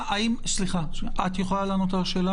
את יכולה לענות על השאלה